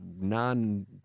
Non